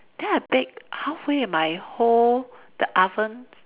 then I bake halfway my whole the oven